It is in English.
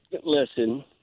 listen